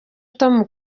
tom